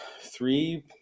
three